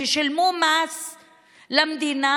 ששילמו מס למדינה,